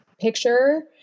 picture